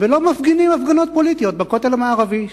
ולא מפגינים הפגנות פוליטיות בכותל המערבי.